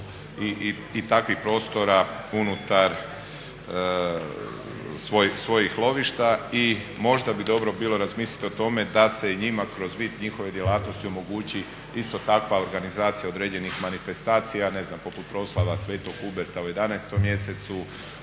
i takvih prostora unutar svojih lovišta. I možda bi dobro bilo razmisliti o tome da se i njima kroz vid njihove djelatnosti omogući isto takva organizacija određenih manifestacija ne znam poput proslava sv. Huberta u 11 mjesecu,